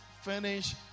finish